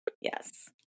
Yes